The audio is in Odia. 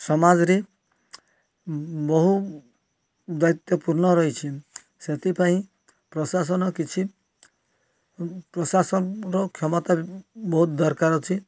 ସମାଜରେ ବହୁ ଦାୟିତ୍ବପୂର୍ଣ୍ଣ ରହିଛି ସେଥିପାଇଁ ପ୍ରଶାସନ କିଛି ପ୍ରଶାସନର କ୍ଷମତା ବହୁତ ଦରକାର ଅଛି